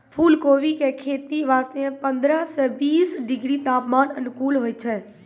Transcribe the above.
फुलकोबी के खेती वास्तॅ पंद्रह सॅ बीस डिग्री तापमान अनुकूल होय छै